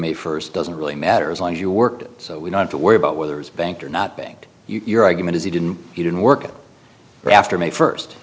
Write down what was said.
may first doesn't really matter as long as you worked so we don't have to worry about whether his bank or not bank your argument is he didn't he didn't work after may first